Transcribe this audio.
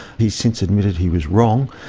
he's since admitted he was wrong,